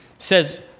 says